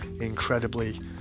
incredibly